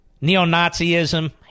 neo-Nazism